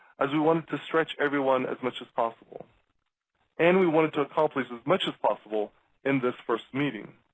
as we wanted to stretch everyone as much as possible and we wanted to accomplish as much as possible in this first meeting.